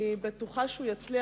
אני בטוחה שהוא יצליח.